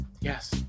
Yes